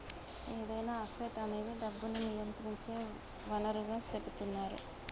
ఏదైనా అసెట్ అనేది డబ్బును నియంత్రించే వనరుగా సెపుతున్నరు